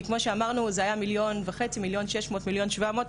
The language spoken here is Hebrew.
כמו שאמרנו, זה היה 1,700,000-1,500,000 שקל.